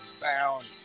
bound